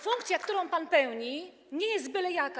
Funkcja, którą pan pełni, nie jest byle jaka.